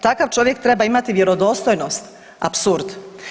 Takav čovjek treba imati vjerodostojnost, apsurd.